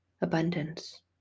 abundance